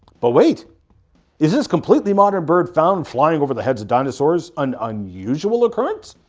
but wait is this completely modern bird found flying over the heads of dinosaurs an unusual occurrance?